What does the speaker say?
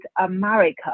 America